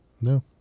No